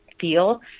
feel